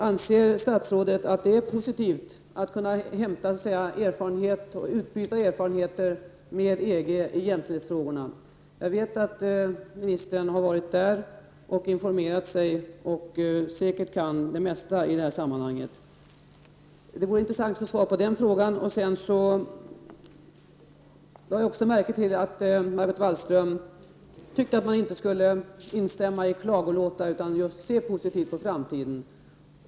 Anser statsrådet att det är positivt att kunna hämta erfarenhet och utbyta erfarenheter med EG i jämställdhetsfrågorna? Jag vet att ministern har varit där och informerat sig och säkert kan det mesta i detta sammanhang. Det vore intressant att få svar på den frågan. Jag lade också märke till att Margot Wallström tyckte att man inte skulle instämma i klagolåtar utan se positivt på framtiden.